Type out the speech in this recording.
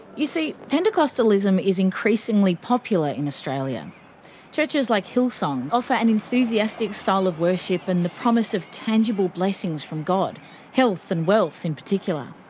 you see, pentacostalism is increasingly popular in australia churches like hillsong, offer an enthusiastic style of worship and the promise of tangible blessings from god health and wealth in particular.